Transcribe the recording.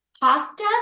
Pasta